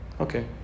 Okay